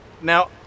Now